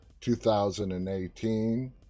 2018